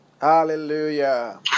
Hallelujah